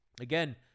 again